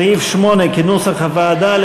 סעיף 8, כהצעת הוועדה,